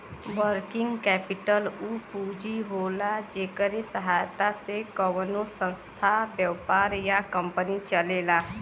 working capital उ पूंजी होला जेकरे सहायता से कउनो संस्था व्यापार या कंपनी चलेला